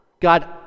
God